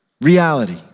reality